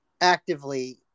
actively